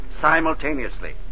simultaneously